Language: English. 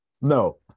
No